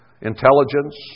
intelligence